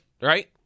right